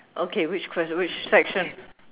okay which ques~ which section